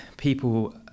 People